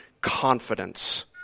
confidence